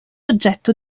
oggetto